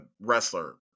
wrestler